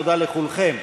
תודה לכולכם.